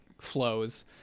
flows